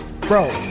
Bro